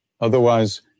Otherwise